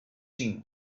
cinc